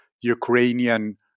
Ukrainian